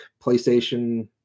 PlayStation